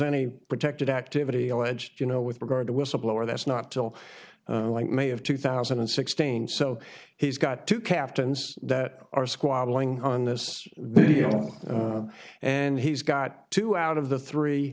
any protected activity alleged you know with regard to whistleblower that's not till like may of two thousand and sixteen so he's got two captains that are squabbling on this and he's got two out of the three